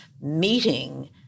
meeting